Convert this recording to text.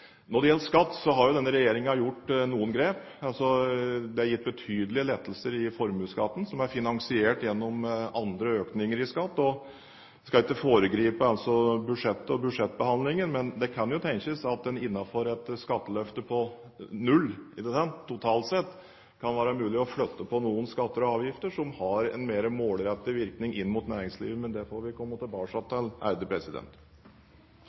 Når det gjelder skatt, har denne regjeringen gjort noen grep. Det er gitt betydelige lettelser i formuesskatten som er finansiert gjennom andre økninger i skatt. Jeg skal ikke foregripe budsjettet og budsjettbehandlingen, men det kan jo tenkes at det innenfor et skatteløfte på null totalt sett kan være mulig å flytte på noen skatter og avgifter som har en mer målrettet virkning inn mot næringslivet. Men det får vi komme tilbake